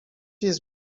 jest